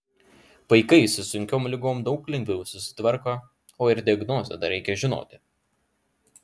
vaikai su sunkiom ligom daug lengviau susitvarko o ir diagnozę dar reikia žinoti